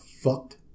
fucked